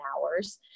hours